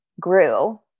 grew